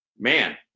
man